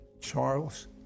Charles